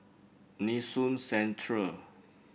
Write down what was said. Nee Soon Central